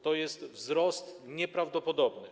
To jest wzrost nieprawdopodobny.